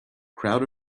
crowd